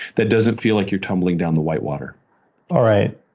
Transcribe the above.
that doesn't feel like you're tumbling down the white water all right.